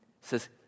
Says